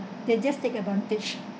they just take advantage